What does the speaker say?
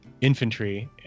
infantry